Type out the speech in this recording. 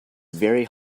very